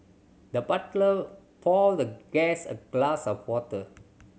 the butler poured the guest a glass of water